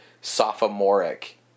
sophomoric